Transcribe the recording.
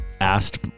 asked